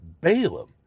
Balaam